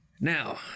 Now